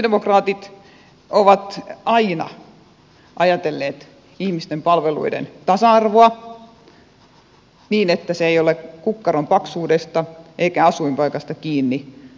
sosialidemokraatit ovat aina ajatelleet ihmisten palveluiden tasa arvoa niin että se ei ole kukkaron paksuudesta eikä asuinpaikasta kiinni minkälaiset palvelut saa